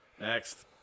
Next